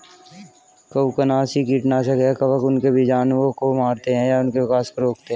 कवकनाशी कीटनाशक है कवक उनके बीजाणुओं को मारते है या उनके विकास को रोकते है